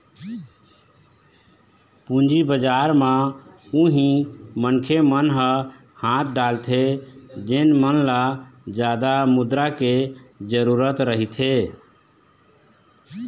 पूंजी बजार म उही मनखे मन ह हाथ डालथे जेन मन ल जादा मुद्रा के जरुरत रहिथे